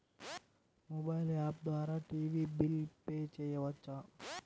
Mobile app ద్వారా TV bill pay చేయవచ్చా?